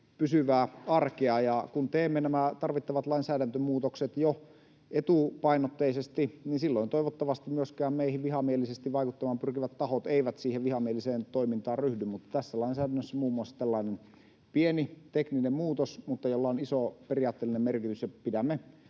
pysyvää arkea. Kun teemme nämä tarvittavat lainsäädäntömuutokset jo etupainotteisesti, niin silloin toivottavasti myöskään meihin vihamielisesti vaikuttamaan pyrkivät tahot eivät siihen vihamieliseen toimintaan ryhdy. Tässä lainsäädännössä on muun muassa tällainen pieni tekninen muutos, jolla on iso periaatteellinen merkitys. Pidämme